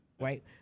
right